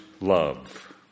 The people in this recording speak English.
love